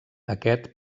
aquest